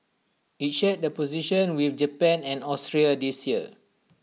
IT shared the position with Japan and Austria this year